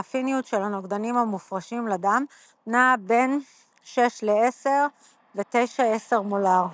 האפיניות של הנוגדנים המופרשים לדם נעה בין 6- 10 ו-9- 10 מולר.